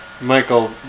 Michael